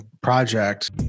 project